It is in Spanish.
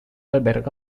alberga